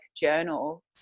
journal